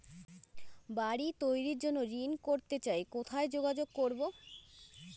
বাড়ি তৈরির জন্য ঋণ করতে চাই কোথায় যোগাযোগ করবো?